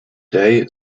day